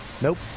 Nope